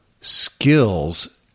skills